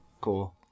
Cool